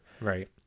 right